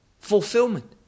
fulfillment